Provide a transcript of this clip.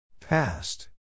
Past